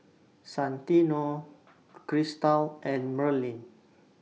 Santino Cristal and Merlin